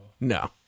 No